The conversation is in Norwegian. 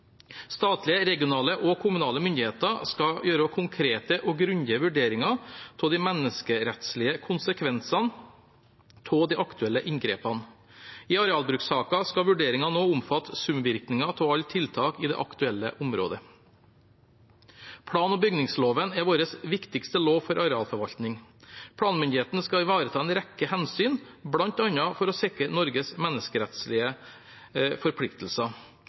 Statlige, regionale og kommunale myndigheter skal gjøre konkrete og grundige vurderinger av de menneskerettslige konsekvensene av de aktuelle inngrepene. I arealbrukssaker skal vurderingene også omfatte sumvirkningene av alle tiltak i det aktuelle området. Plan- og bygningsloven er vår viktigste lov for arealforvaltning. Planmyndigheten skal ivareta en rekke hensyn, bl.a. for å sikre Norges menneskerettslige forpliktelser.